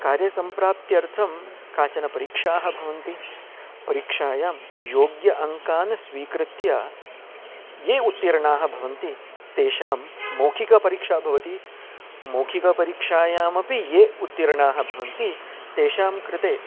कार्यसम्प्राप्त्यर्थं काचन परीक्षाः भवन्ति परीक्षायां योग्य अङ्कान् स्वीकृत्य ये उत्तीर्णाः भवन्ति तेषां मौखिकी परीक्षा भवति मौखिकी परीक्षायामपि ये उत्तीर्णाः भवन्ति तेषां कृते